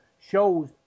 shows